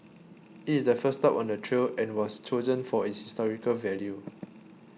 it is the first stop on the trail and was chosen for its historical value